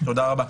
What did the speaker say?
תודה רבה.